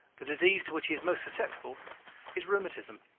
the disease to which he is most susceptible is rheumatism.